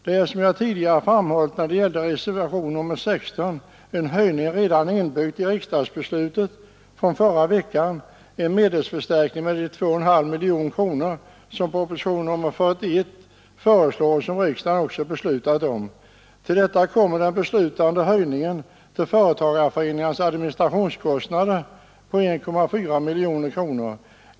Det finns, som jag tidigare framhållit när det gällde reservation nr 16, en höjning redan inbyggd i riksdagsbeslutet från förra veckan, dvs. en medelsförstärkning med de 2,5 miljoner kronor som föreslås i proposition nr 41 och som riksdagen också beslutat om. Till detta kommer den beslutade höjningen till företagarföreningarnas administrationskostnader på 1,4 miljoner kronor.